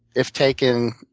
if taken